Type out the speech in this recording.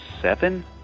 seven